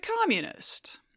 communist